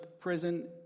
prison